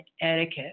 etiquette